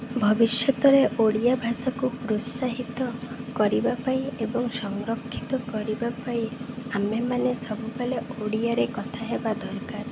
ଭବିଷ୍ୟତରେ ଓଡ଼ିଆ ଭାଷାକୁ ପ୍ରୋତ୍ସାହିତ କରିବା ପାଇଁ ଏବଂ ସଂରକ୍ଷିତ କରିବା ପାଇଁ ଆମେମାନେ ସବୁବେଳେ ଓଡ଼ିଆରେ କଥା ହେବା ଦରକାର